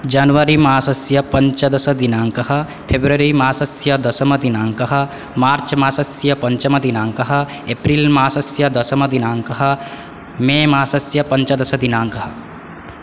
जनवरि मासस्य पञ्चदशदिनाङ्कः फेब्रवरि मासस्य दशमदिनाङ्कः मार्च् मासस्य पञ्चमदिनाङ्कः एप्रिल् मासस्य दशमदिनाङ्कः मे मासस्य पञ्चदशदिनाङ्कः